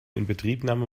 inbetriebnahme